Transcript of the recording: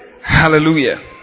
Hallelujah